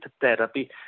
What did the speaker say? therapy